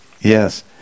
yes